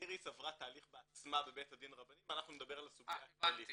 איריס עברה תהליך בעצמה בבית הדין הרבני ואנחנו נדבר על הסוגיה הכללית.